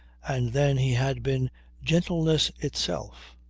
and then he had been gentleness itself.